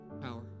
Power